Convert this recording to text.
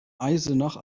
eisenach